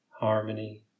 Harmony